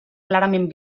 clarament